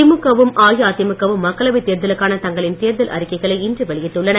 திமுக வும் அஇஅதிமுக வும் மக்களவை தேர்தலுக்கான தங்களின் தேர்தல் அறிக்கைகளை இன்று வெளியிட்டுள்ளன